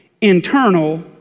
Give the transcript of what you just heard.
internal